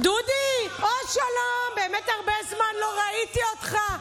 דודי, אוה, שלום, באמת הרבה זמן לא ראיתי אותך.